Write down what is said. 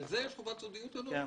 כן.